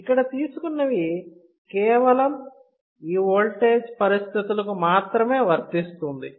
ఇక్కడ తీసుకున్నవి కేవలం ఈ ఓల్టేజ్ పరిస్థితులకు మాత్రమే వర్తిస్తుంది